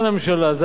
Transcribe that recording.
לא יקרה לך כלום,